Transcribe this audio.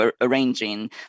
arranging